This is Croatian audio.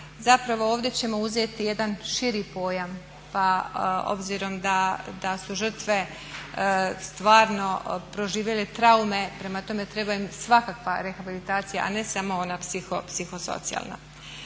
Zapravo ovdje ćemo uzeti jedan širi pojam pa obzirom da su žrtve stvarno proživjele traume, prema tome treba im svakakva rehabilitacija, a ne samo ona psihosocijalna.